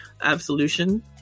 Absolution